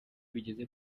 bigeze